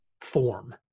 form